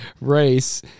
Race